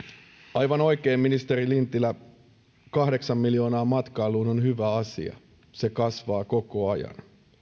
aivan oikein ministeri lintilä kahdeksan miljoonaa matkailuun on hyvä asia se kasvaa koko ajan